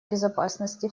безопасности